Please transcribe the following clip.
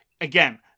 Again